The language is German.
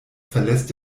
verlässt